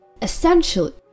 Essentially